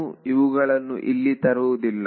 ನಾನು ಇವುಗಳನ್ನು ಇಲ್ಲಿ ತರುವುದಿಲ್ಲ